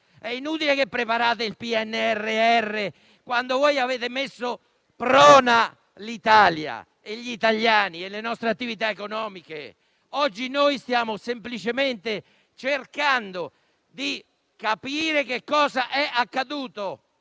È inutile che prepariate il PNRR, quando avete messo prona l'Italia, gli italiani e le nostre attività economiche. Oggi stiamo semplicemente cercando di capire cosa è accaduto.